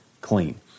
clean